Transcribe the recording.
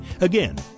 Again